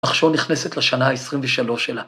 ‫עכשיו נכנסת לשנה ה-23 שלה.